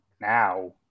Now